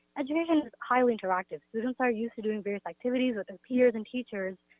education is highly interactive. students are used to doing various activities with their peers and teachers,